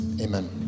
Amen